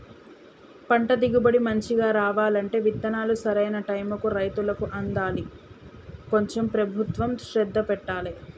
పంట దిగుబడి మంచిగా రావాలంటే విత్తనాలు సరైన టైముకు రైతులకు అందాలి కొంచెం ప్రభుత్వం శ్రద్ధ పెట్టాలె